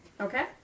Okay